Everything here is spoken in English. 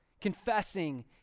Confessing